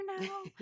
now